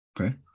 Okay